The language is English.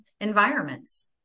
environments